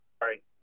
Sorry